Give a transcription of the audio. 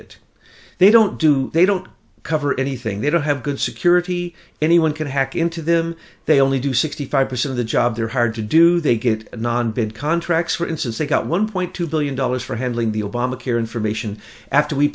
it they don't do they don't cover anything they don't have good security anyone can hack into them they only do sixty five percent of the job they're hard to do they get non bid contracts for instance they got one point two billion dollars for handling the obamacare information after we